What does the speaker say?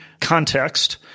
context